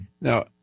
now